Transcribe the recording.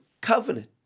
covenant